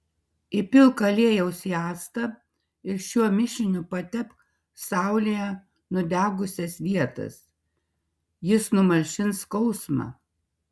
įpilk aliejaus į actą ir šiuo mišiniu patepk saulėje nudegusias vietas jis numalšins skausmą